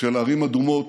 של ערים אדומות,